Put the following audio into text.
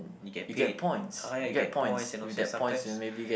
you get paid ah you get points and also sometimes